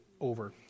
over